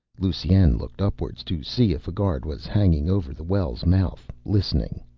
lusine looked upwards to see if a guard was hanging over the well's mouth listening.